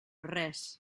res